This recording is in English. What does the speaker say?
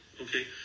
okay